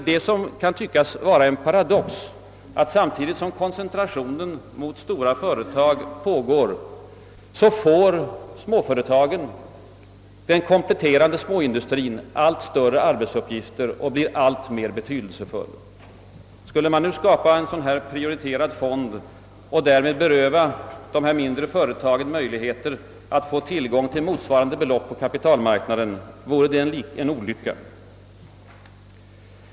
Det kan tyckas vara en paradox att småföretagen, den kompletterande småindustrien, får allt större arbetsuppgifter och blir alltmer betydelsefull samtidigt som det sker en koncentration mot stora företag. Skulle man nu skapa en fond som prioriterade de stora företagen och därmed berövade de mindre företagen deras möjligheter att få tillgång till motsvarande belopp på kapitalmarknaden, så vore det en olycka.